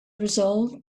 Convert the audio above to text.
resolved